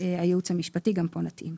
הייעוץ המשפטי." גם פה נתאים.